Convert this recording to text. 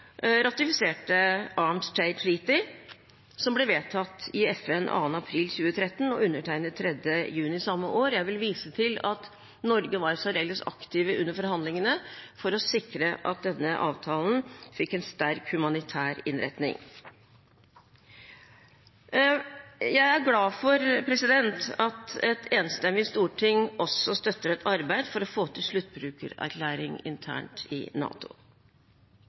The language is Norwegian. ratifiserte Arms Trade Treaty, som ble vedtatt i FN 2. april 2013 og undertegnet 3. juni samme år. Jeg vil vise til at Norge var særdeles aktive under forhandlingene for å sikre at denne avtalen fikk en sterk humanitær innretning. Jeg er glad for at et enstemmig storting også støtter et arbeid for å få til sluttbrukererklæring internt i NATO.